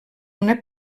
una